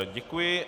Děkuji.